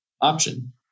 option